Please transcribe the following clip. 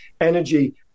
energy